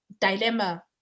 dilemma